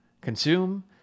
consume